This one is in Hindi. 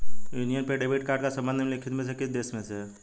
यूनियन पे डेबिट कार्ड का संबंध निम्नलिखित में से किस देश से है?